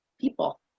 people